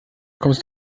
kommst